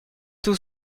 tout